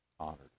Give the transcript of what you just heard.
honored